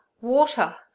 Water